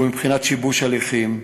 והוא בבחינת שיבוש הליכים.